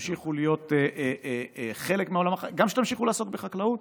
גם שתמשיכו לעסוק בחקלאות,